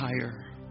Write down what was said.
higher